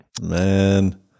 man